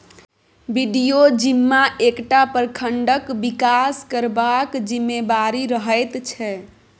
BDO जिम्मा एकटा प्रखंडक बिकास करबाक जिम्मेबारी रहैत छै